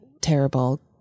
terrible